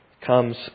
comes